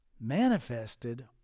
manifested